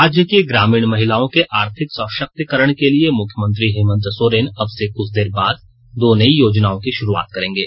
राज्य की ग्रामीण महिलाओं के आर्थिक सशक्तीकरण के लिए मुख्यमंत्री हेमंत सोरेन अब से कुछ देर बाद दो नई योजनाओं की शुरुआत करेंगे